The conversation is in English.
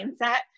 mindset